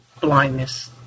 blindness